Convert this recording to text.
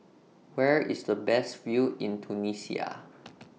Where IS The Best View in Tunisia